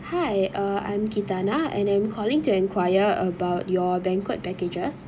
hi uh I'm chatana and I'm calling to enquire about your banquet packages